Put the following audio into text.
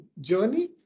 journey